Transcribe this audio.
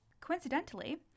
coincidentally